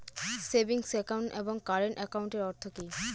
Savings account এবং current একাউন্টের অর্থ কি?